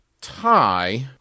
tie